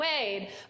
Wade